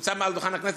נמצא מעל דוכן הכנסת.